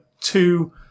two